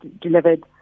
delivered